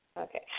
Okay